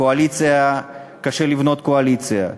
הקואליציה, קשה לבנות קואליציה,